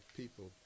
people